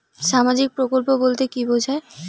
সামাজিক প্রকল্প বলতে কি বোঝায়?